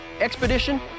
Expedition